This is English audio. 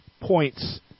points